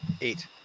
Eight